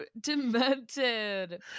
demented